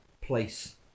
place